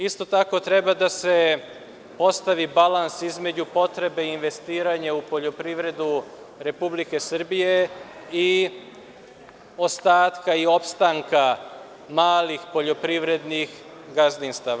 Isto tako treba da se postavi balans između potrebe investiranja u poljoprivredu Republike Srbije i ostatka i opstanka malih poljoprivrednih gazdinstava.